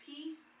Peace